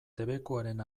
debekuaren